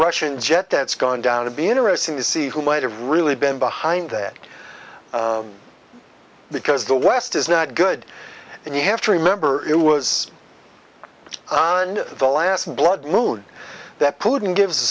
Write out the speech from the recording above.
russian jet that's gone down to be interesting to see who might have really been behind that because the west is not good and you have to remember it was the last blood mood that putin gives a